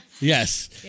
Yes